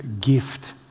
gift